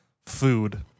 food